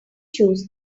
choose